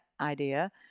idea